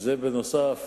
וזה נוסף